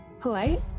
polite